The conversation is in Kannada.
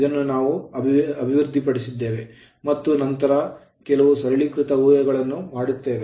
ಇದನ್ನು ನಾವು ಅಭಿವೃದ್ಧಿಪಡಿಸಿದ್ದೇವೆ ಮತ್ತು ನಂತರ ನಾವು ಕೆಲವು ಸರಳೀಕೃತ ಊಹೆಗಳನ್ನು ಮಾಡುತ್ತೇವೆ